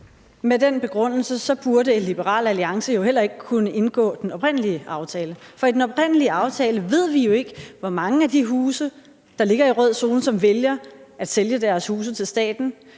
Med den begrundelse burde Liberal Alliance jo heller ikke have kunnet indgå den oprindelige aftale, for i forhold til den oprindelige aftale ved vi jo ikke, hvor mange af de boligejere, der ligger i rød zone, som vælger at sælge deres huse til staten.